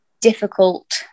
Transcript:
difficult